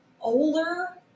older